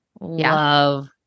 love